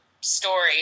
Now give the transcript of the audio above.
story